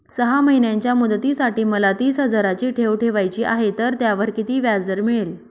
सहा महिन्यांच्या मुदतीसाठी मला तीस हजाराची ठेव ठेवायची आहे, तर त्यावर किती व्याजदर मिळेल?